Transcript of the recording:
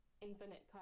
Infinite